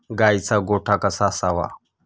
गाईचा गोठा कसा असावा?